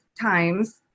times